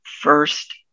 first